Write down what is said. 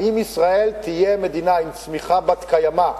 האם ישראל תהיה מדינה עם צמיחה בת-קיימא,